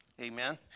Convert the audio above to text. amen